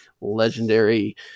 legendary